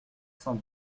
cent